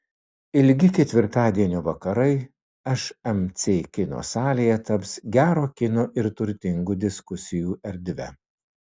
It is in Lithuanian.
ilgi ketvirtadienio vakarai šmc kino salėje taps gero kino ir turtingų diskusijų erdve